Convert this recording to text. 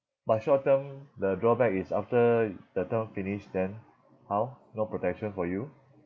but short term the drawback is after the term finish then how no protection for you